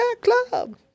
Club